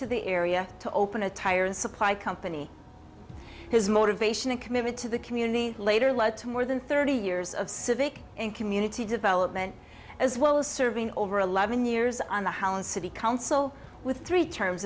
to the area to open a tire supply company his motivation and commitment to the community later led to more than thirty years of civic and community development as well as serving over eleven years on the house and city council with three terms